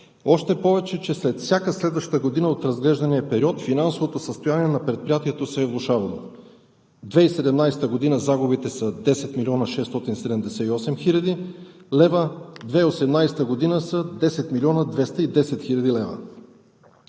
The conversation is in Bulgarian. още повече че след всяка следваща година от разглеждания период финансовото състояние на предприятието се е влошавало? 2017 г. загубите са 10 млн. 678 хил. лв., 2018 г. са 10 млн. 210 хил. лв.